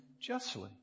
justly